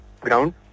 Ground